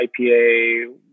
ipa